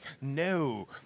no